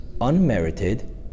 unmerited